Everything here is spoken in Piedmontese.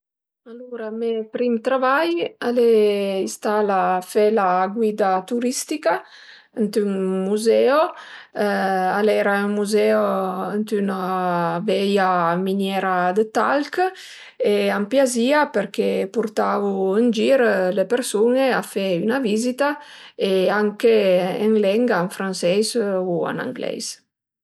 Alura me prim travai al e istà la fe la guida turistica ënt ün muzeo, al era ün muzeo ënt üna veia miniera dë talch e m'piazìa përché purtavu ën gir le persun-e a fe üna vizita e anche en lengua, ën franseis u ën angleis